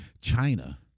China